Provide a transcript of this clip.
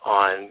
on